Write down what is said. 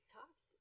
talked